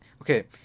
Okay